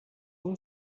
این